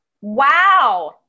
Wow